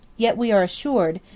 yet we are assured,